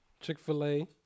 Chick-fil-A